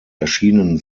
erschienen